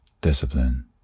Discipline